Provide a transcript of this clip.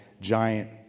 giant